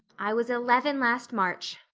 i was eleven last march,